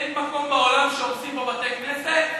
אין מקום בעולם שהורסים בו בתי-כנסת,